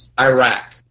Iraq